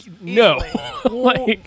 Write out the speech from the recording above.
no